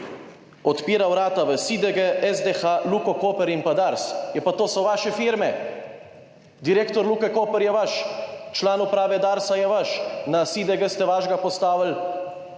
Odpira vrata v SiDG, SDH, Luko Koper in pa DARS. Ja pa, to so vaše firme, direktor Luke Koper je vaš član, uprave DARS-a je vaš, na SiDG ste vašega postavili,